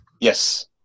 Yes